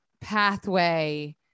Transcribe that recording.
pathway